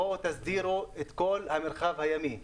בואו תסדירו את כל המרחב הימי.